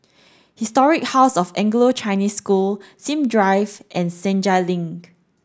Historic House of Anglo Chinese School Sim Drive and Senja Link